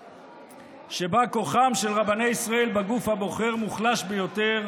שבה כוחם של רבני ישראל בגוף הבוחר מוחלש ביותר,